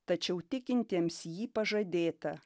tačiau tikintiems ji pažadėta